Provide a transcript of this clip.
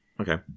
Okay